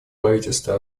правительства